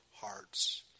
hearts